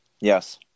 Yes